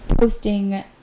posting